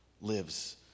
lives